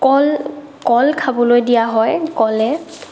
কল কল খাবলৈ দিয়া হয় কলে